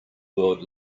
world